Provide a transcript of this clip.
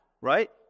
right